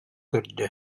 көрдө